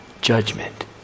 judgment